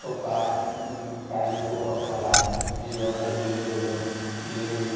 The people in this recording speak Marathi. स्वतः काळजीपूर्वक मला जी जेवणाची डिलीवरी मी डिलीवरी